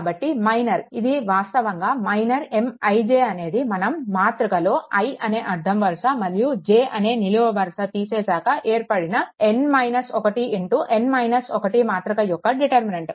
కాబట్టి మైనర్ ఇది వాస్తవంగా మైనర్ Mij అనేది మనం మాతృక లో i అనే అడ్డం వరుస మరియు j అనే నిలువు వరుస తీసేశాక ఏర్పడిన మాతృక యొక్క డిటర్మినెంట్